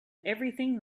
everything